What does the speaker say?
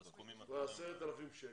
זה 10,000 שקלים.